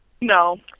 No